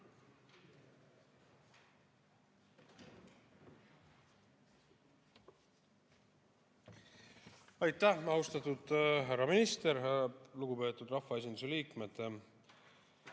Aitäh, austatud härra minister! Lugupeetud rahvaesinduse liikmed!